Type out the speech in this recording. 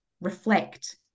reflect